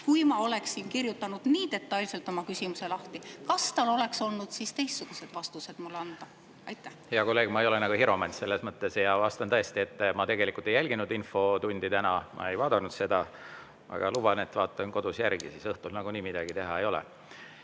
Kui ma oleksin kirjutanud nii detailselt oma küsimuse lahti, kas tal oleks olnud teistsugused vastused mulle anda? Hea kolleeg! Ma ei ole nagu hiromant selles mõttes, aga vastan tõesti, et ma tegelikult ei jälginud infotundi täna. Ma ei vaadanud seda, aga luban, et vaatan kodus järgi siis, õhtul nagunii midagi teha ei ole.